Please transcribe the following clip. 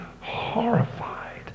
horrified